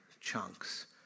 chunks